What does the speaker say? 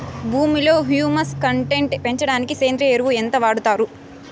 భూమిలో humus content పెంచడానికి సేంద్రియ ఎరువు ఎంత వాడుతారు